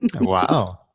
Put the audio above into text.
wow